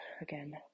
again